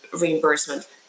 reimbursement